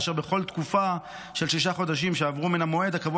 ובכל תקופה של שישה חודשים שעברו מן המועד הקבוע